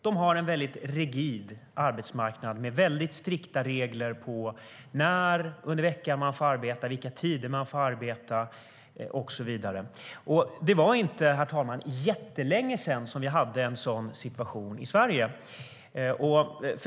De har en väldigt rigid arbetsmarknad med mycket strikta regler för när under veckan man får arbeta, vilka tider man får arbeta och så vidare. Herr talman! Det var inte jättelänge sedan vi hade en sådan situation i Sverige.